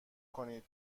کنید